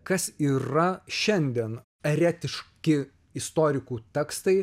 kas yra šiandien eretiški istorikų tekstai